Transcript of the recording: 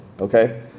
okay